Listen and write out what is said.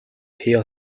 hill